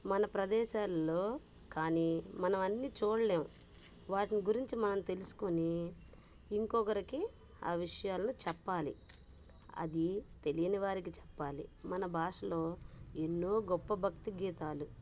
మన ప్రదేశాలలో కానీ మనం అన్ని చూడలేం వాటిని గురించి మనం తెలుసుకొని ఇంకొకరికి ఆ విషయాలు చెప్పాలి అది తెలియని వారికి చెప్పాలి మన భాషలో ఎన్నో గొప్ప భక్తి గీతాలు